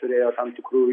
turėjo tam tikrų